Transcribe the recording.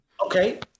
Okay